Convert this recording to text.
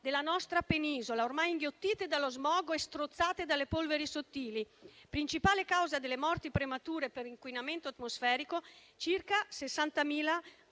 della nostra penisola, ormai inghiottite dallo smog e strozzate dalle polveri sottili, principale causa delle morti premature per inquinamento atmosferico: circa 60.000